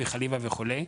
אבי חליווה וכולי,